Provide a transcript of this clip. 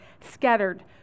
scattered